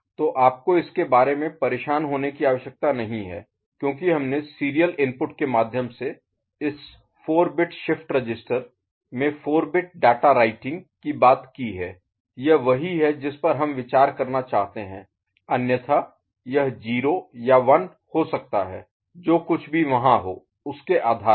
तो आपको इसके बारे में परेशान होने की आवश्यकता नहीं है क्योंकि हमने सीरियल इनपुट के माध्यम से इस 4 बिट शिफ्ट रजिस्टर में 4 बिट डाटा राइटिंग की बात की है यह वही है जिस पर हम विचार करना चाहते हैं अन्यथा यह 0 या 1 हो सकता है जो कुछ भी वहां हो उसके आधार पर